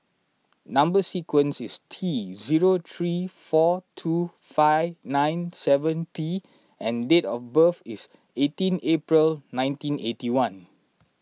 Number Sequence is T zero three four two five nine seven T and date of birth is eighteen April nineteen eighty one